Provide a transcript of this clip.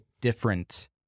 different